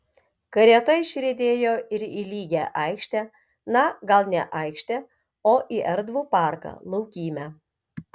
karieta išriedėjo į į lygią aikštę na gal ne aikštę o į erdvų parką laukymę